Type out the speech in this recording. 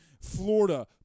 Florida